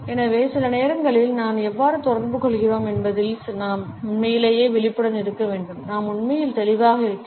எனவே சில நேரங்களில் நாம் எவ்வாறு தொடர்புகொள்கிறோம் என்பதில் நாம் உண்மையிலேயே விழிப்புடன் இருக்க வேண்டும் நாம் உண்மையில் தெளிவாக இருக்கிறோம்